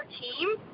team